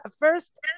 first